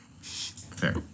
fair